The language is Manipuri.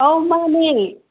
ꯑꯥꯎ ꯃꯥꯟꯅꯦ